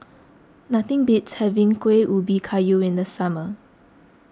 nothing beats having Kuih Ubi Kayu in the summer